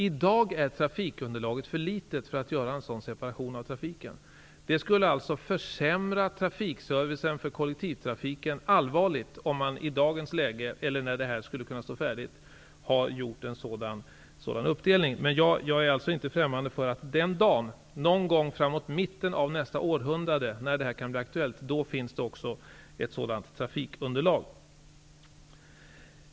I dag är trafikunderlaget för litet för att man skall göra en sådan separation av trafiken. Det skulle alltså allvarligt försämra trafikservicen för kollektivtrafiken när det hela står färdigt, om man i dagens läge gör en sådan uppdelning. Men jag är inte främmande för att det någon gång fram emot mitten av nästa århundrade, när detta blir aktuellt, finns ett sådant trafikunderlag.